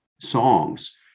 songs